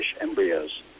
embryos